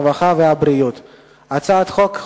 הרווחה והבריאות נתקבלה.